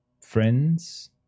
friends-